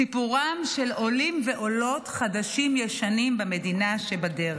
סיפורם של עולים ועולות חדשים וישנים במדינה שבדרך.